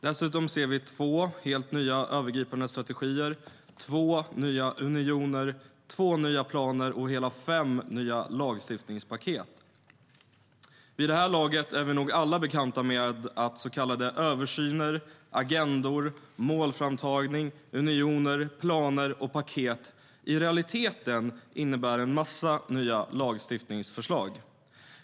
Dessutom ser vi två helt nya övergripande strategier, två nya unioner, två nya planer och hela fem nya lagstiftningspaket. Vid det här laget är vi nog alla bekanta med att så kallade översyner, agendor, målframtagning, unioner, planer och paket i realiteten innebär en massa nya lagstiftningsförslag.